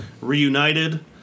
reunited